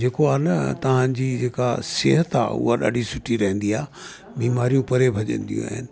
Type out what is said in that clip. जेको आहे न तव्हांजी जेका सिहत आहे उहा ॾाढी सुठी रहंदी आहे बीमारियूं परे भॼदियूं आहिनि